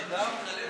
אז שיתחלף היושב-ראש,